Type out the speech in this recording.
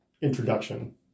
introduction